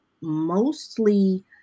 mostly